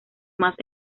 más